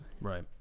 Right